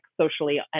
socially